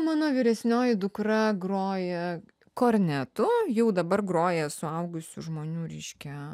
mano vyresnioji dukra groja kornetu jau dabar groja suaugusių žmonių reiškia